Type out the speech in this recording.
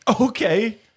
Okay